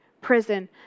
prison